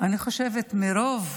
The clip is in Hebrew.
אני חושבת שמרוב